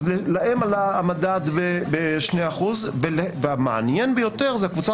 אז להם עלה המדד ב-2%; המעניין ביותר היא הקבוצה